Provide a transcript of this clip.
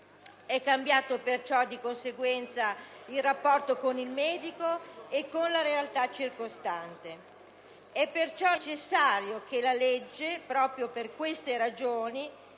è cambiato, di conseguenza, il rapporto con il medico e con la realtà circostante. Pertanto, è necessario che la legge, proprio per queste ragioni,